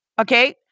Okay